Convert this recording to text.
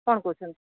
କ'ଣ କହୁଛନ୍ତି